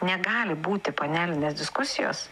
negali būti panelinės diskusijos